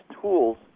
tools